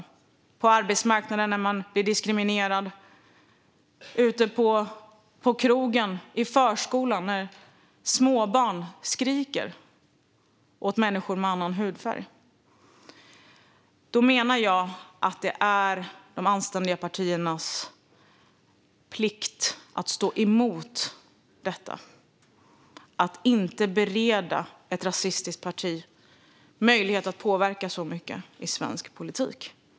De känner det på arbetsmarknaden när de blir diskriminerade, ute på krogen och i förskolan när småbarn skriker åt människor med annan hudfärg. Jag menar att det är de anständiga partiernas plikt att stå emot detta och inte bereda ett rasistiskt parti möjlighet att påverka så mycket i svensk politik.